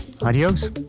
Adios